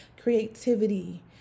creativity